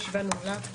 הישיבה נעולה.